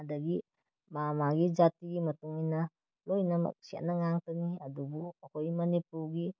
ꯑꯗꯒꯤ ꯃꯥ ꯃꯥꯒꯤ ꯖꯥꯇꯤꯒꯤ ꯃꯇꯨꯡ ꯏꯟꯅ ꯂꯣꯏꯅꯃꯛ ꯁꯦꯠꯅꯕ ꯉꯥꯛꯇꯅꯤ ꯑꯗꯨꯕꯨ ꯑꯩꯈꯣꯏꯒꯤ ꯃꯅꯤꯄꯨꯔꯒꯤ